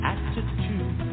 Attitude